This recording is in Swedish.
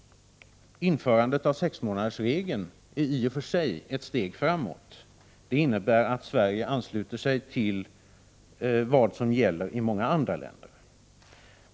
Införandet av sexmånadersregeln är i och för sig ett steg framåt. Det innebär att Sverige ansluter sig till vad som gäller i många andra länder.